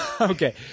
Okay